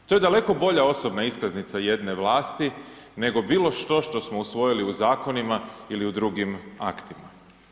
To je daleko bolja osobna iskaznica jedne vlasti nego bilo što što smo usvojili u zakonima ili u drugim aktima.